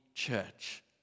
church